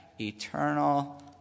eternal